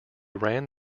ran